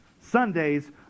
Sunday's